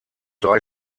drei